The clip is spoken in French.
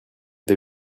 des